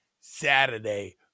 Saturday